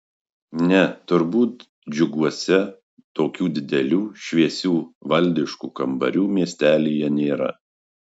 ne turbūt džiuguose tokių didelių šviesių valdiškų kambarių miestelyje nėra